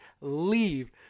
leave